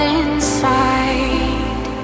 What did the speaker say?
inside